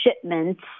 shipments